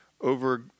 over